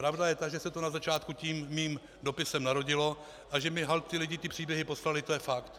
Pravda je ta, že se to na začátku tím mým dopisem narodilo a že mi holt ti lidé ty příběhy poslali, to je fakt.